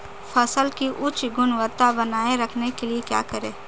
फसल की उच्च गुणवत्ता बनाए रखने के लिए क्या करें?